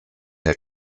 der